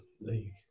league